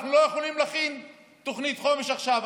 אנחנו לא יכולים להכין תוכנית חומש עכשיו,